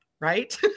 right